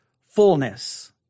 fullness